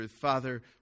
Father